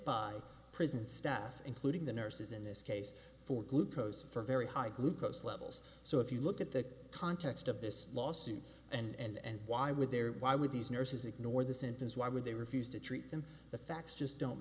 by prison staff including the nurses in this case for glucose for very high glucose levels so if you look at the context of this lawsuit and why would there why would these nurses ignore the symptoms why would they refuse to treat them the facts just don't